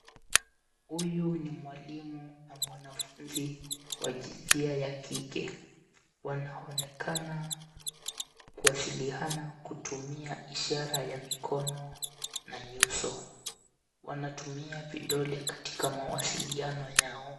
Huyu ni mwalimu na mwanafunzi wa jinsia ya kike wanaonekana kuwasililiana kutumia ishara ya mikono na nyuso, wanatumia vidole katika mawasililiano yao.